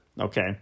Okay